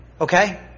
Okay